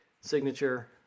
signature